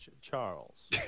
Charles